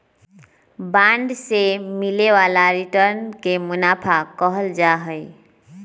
bond से मिले वाला रिटर्न के मुनाफा कहल जाहई